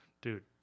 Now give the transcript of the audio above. Dude